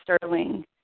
Sterling